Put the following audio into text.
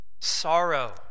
sorrow